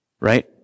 right